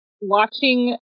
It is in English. watching